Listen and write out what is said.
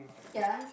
ya